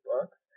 books